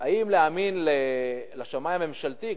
האם להאמין לשמאי הממשלתי?